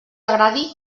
agradi